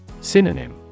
Synonym